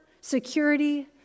security